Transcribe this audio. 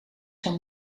zijn